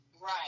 Right